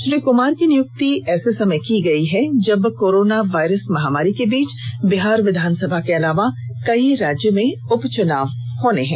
श्री कुमार की नियुक्ति ऐसे समय की गई है जब कोरोना वायरस महामारी के बीच बिहार विधानसभा के अलावा कई राज्य में उपचुनाव होने हैं